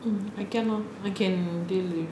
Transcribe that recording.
mm I can lor I can deal with